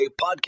podcast